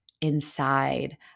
inside